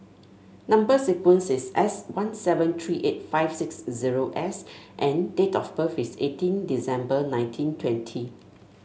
number sequence is S one seven three eight five six zero S and date of birth is eighteen December nineteen twenty